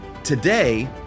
today